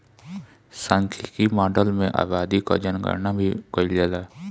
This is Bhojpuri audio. सांख्यिकी माडल में आबादी कअ जनगणना भी कईल जाला